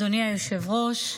אדוני היושב-ראש,